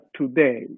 today